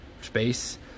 space